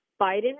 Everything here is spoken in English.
Biden